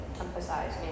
emphasize